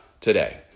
today